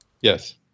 Yes